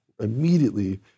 immediately